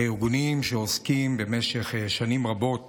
הארגונים שעוסקים במשך שנים רבות